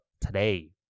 today